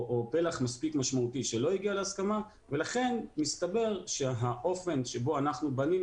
או פלח משמעותי שלא הגיע להסכמה ולכן מסתבר שהאופן שבו בנינו